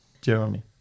jeremy